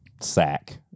sack